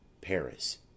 Paris